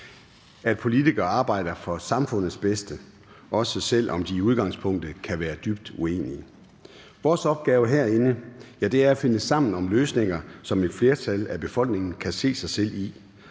at politikerne arbejder for samfundets bedste, også selv om de i udgangspunktet kan være dybt uenige. Vores opgave herinde er at finde sammen om løsninger, som et flertal af befolkningen kan se sig selv i,